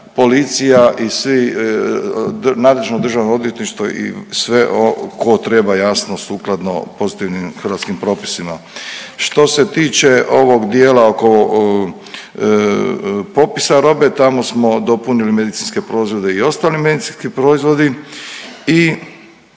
policija i svi, nadležno državno odvjetništvo i sve tko treba jasno sukladno pozitivnim hrvatskim propisima. Što se tiče ovog dijela oko popisa robe, tamo smo dopunili medicinske proizvode i ostali medicinski proizvodi i